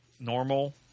normal